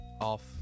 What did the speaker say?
off